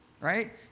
Right